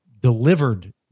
delivered